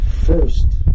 first